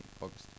August